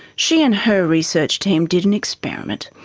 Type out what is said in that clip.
she and her research team did an experiment.